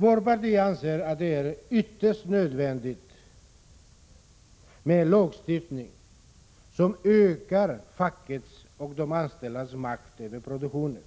Vårt parti anser att det är ytterst nödvändigt med en lagstiftning som ökar fackets och de anställdas makt över produktionen,